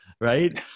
right